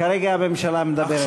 כרגע הממשלה מדברת.